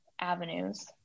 avenues